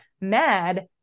mad